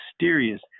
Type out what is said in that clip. mysterious